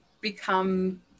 become